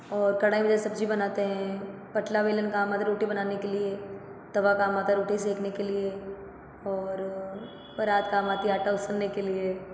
और कढ़ाई में सब्ज़ी बनाते हैं पटला बेलन काम आता है रोटी बनाने के लिए तवा काम आता है रोटी सेकने के लिए और परात काम आती है आटा उसलने के लिए